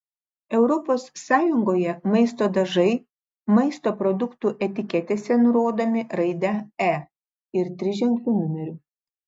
europos sąjungoje maisto dažai maisto produktų etiketėse nurodomi raide e ir triženkliu numeriu